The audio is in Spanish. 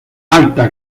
alta